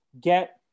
get